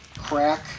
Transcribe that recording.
crack